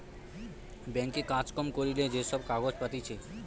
bank এ কাজ কম করিলে যে সব কাগজ পাতিছে